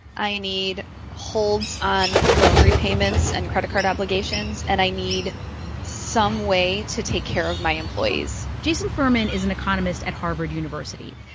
i need holds on loan repayments and credit card obligations. and i need some way to take care of my employees jason furman is an economist at harvard university.